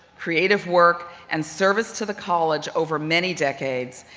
creative work and service to the college over many decades,